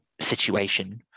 situation